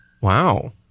Wow